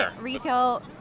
retail